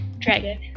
dragon